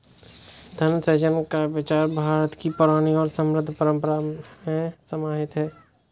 धन सृजन का विचार भारत की पुरानी और समृद्ध परम्परा में समाहित है